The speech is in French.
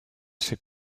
ses